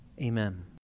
Amen